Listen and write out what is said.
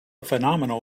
phenomenal